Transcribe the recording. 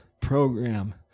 program